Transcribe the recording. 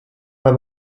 war